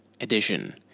edition